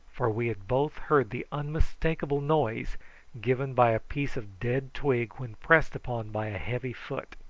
for we had both heard the unmistakable noise given by a piece of dead twig when pressed upon by a heavy foot.